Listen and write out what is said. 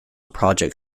project